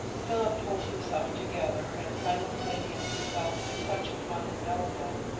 philip pulled himself together and simultaneously felt a touch upon his elbow.